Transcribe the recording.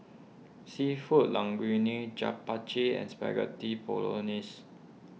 Seafood Linguine Japchae and Spaghetti Bolognese